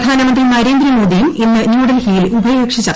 പ്രധാനമന്ത്രി നരേന്ദ്രമോദിയും ഇന്ന് ന്യൂഡൽഹിയിൽ ഉഭയകക്ഷി ചർച്ചു നടത്തും